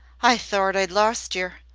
i thort i'd lost yer!